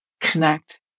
connect